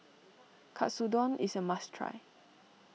Katsudon is a must try